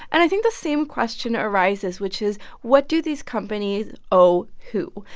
and i think the same question arises, which is what do these companies owe who?